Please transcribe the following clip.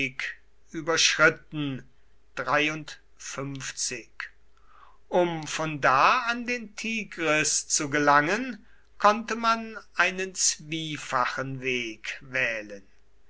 überschritten um von da an den tigris zu gelangen konnte man einen zwiefachen weg wählen